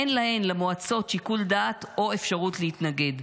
אין להן, למועצות, שיקול דעת או אפשרות להתנגד.